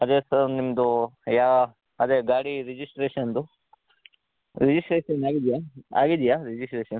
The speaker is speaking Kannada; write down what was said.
ಅದೆ ಸರ್ ನಿಮ್ಮದು ಯಾ ಅದೆ ಗಾಡಿ ರಿಜಿಸ್ಟ್ರೇಷನ್ನದ್ದು ರಿಜಿಸ್ಟ್ರೇಷನ್ ಆಗಿದೆಯಾ ಆಗಿದೆಯಾ ರಿಜಿಸ್ಟ್ರೇಷನ್